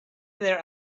their